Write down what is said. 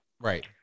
Right